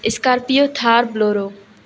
scorpio Thar bolero